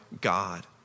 God